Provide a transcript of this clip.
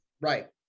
Right